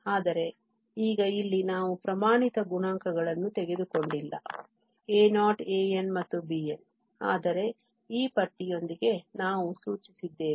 ಆದರೆ ಈಗ ಇಲ್ಲಿ ನಾವು ಪ್ರಮಾಣಿತ ಗುಣಾಂಕಗಳನ್ನು ತೆಗೆದುಕೊಂಡಿಲ್ಲ a0 an ಮತ್ತು bn ಆದರೆ ಈ ಪಟ್ಟಿಯೊಂದಿಗೆ ನಾವು ಸೂಚಿಸಿದ್ದೇವೆ